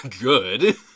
good